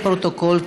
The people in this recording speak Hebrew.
לפרוטוקול,